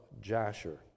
Jasher